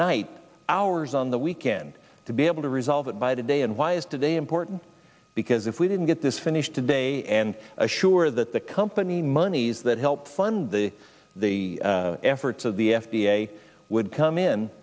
night hours on the weekend to be able to resolve it by today and why is today important because if we didn't get this finished today and assure that the company monies that help fund the the efforts of the f d a would come in